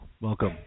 Welcome